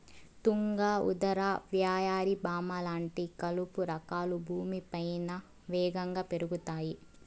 తుంగ, ఉదర, వయ్యారి భామ లాంటి కలుపు రకాలు భూమిపైన వేగంగా పెరుగుతాయి